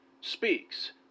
speaks